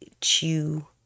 chew